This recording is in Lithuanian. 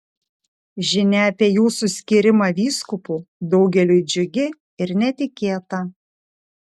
žinia apie jūsų skyrimą vyskupu daugeliui džiugi ir netikėta